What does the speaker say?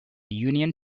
union